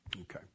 Okay